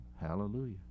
hallelujah